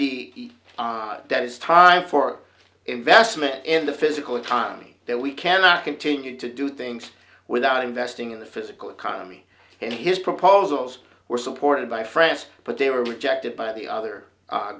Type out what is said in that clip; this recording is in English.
that that is time for investment in the physical economy that we cannot continue to do things without investing in the physical economy and his proposals were supported by france but they were rejected by the other